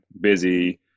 busy